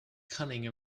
cunning